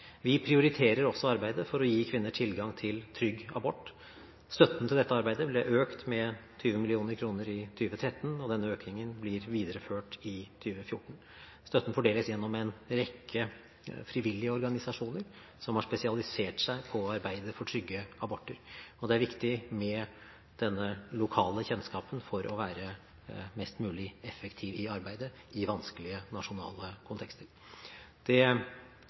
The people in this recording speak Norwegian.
Vi prioriterer også arbeidet med å gi kvinner tilgang til trygg abort. Støtten til dette arbeidet ble økt med 20 mill. kr i 2013, og denne økningen blir videreført i 2014. Støtten fordeles gjennom en rekke frivillige organisasjoner som har spesialisert seg på å arbeide for trygge aborter, og det er viktig med denne lokale kjennskapen for å være mest mulig effektiv i arbeidet i vanskelige nasjonale kontekster. Det